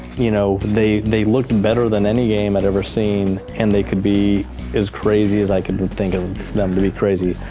you know, they they looked better than any game i'd ever seen and they could be as crazy as i could think of them to be crazy,